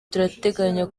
turateganya